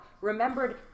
Remembered